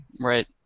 Right